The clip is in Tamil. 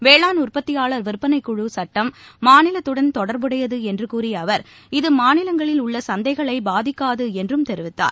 வேளாண் உற்பத்தியாளர் விற்பனைக்குழு சுட்டம் மாநிலத்துடன் தொடர்புடையது என்று கூறிய அவர் இது மாநிலங்களில் உள்ள சந்தைகளை பாதிக்காது என்றும் தெரிவித்தார்